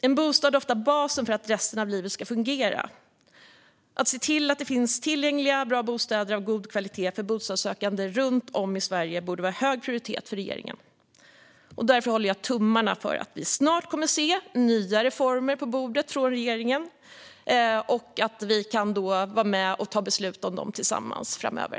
En bostad är ofta basen för att resten av livet ska fungera. Att se till att det finns tillgängliga bra bostäder av god kvalitet för bostadssökande runt om i Sverige borde vara av hög prioritet för regeringen. Därför håller jag tummarna för att vi snart kommer att se nya reformer på bordet från regeringen och att vi kan ta beslut om dem tillsammans framöver.